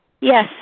yes